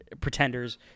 pretenders